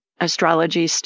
astrology